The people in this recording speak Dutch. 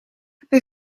bij